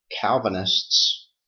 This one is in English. Calvinists